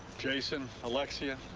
jason, alexia.